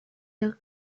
your